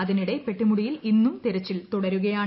അതിനിടെ പെട്ടിമുടിയിൽ ഇന്നും തിരച്ചിലിൽ തുടരുകയാണ്